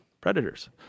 predators